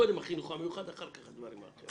קודם החינוך המיוחד ואחר כך הדברים האחרים.